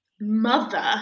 mother